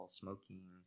smoking